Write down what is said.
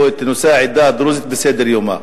את נושא העדה הדרוזית על סדר-יומם.